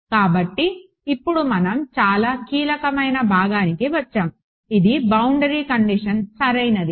కాబట్టి ఇప్పుడు మనం చాలా కీలకమైన భాగానికి వచ్చాము ఇది బౌండరీ కండిషన్ సరైనది